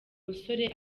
musore